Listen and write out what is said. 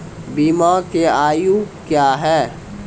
बीमा के आयु क्या हैं?